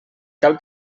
cal